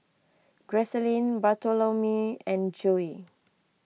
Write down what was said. Gracelyn Bartholomew and Joye